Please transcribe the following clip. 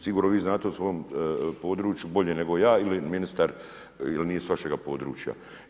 Sigurno vi znate u svom području bolje nego ja ili ministar jer nije s vašega područja.